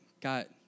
got